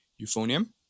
euphonium